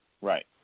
Right